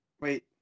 Wait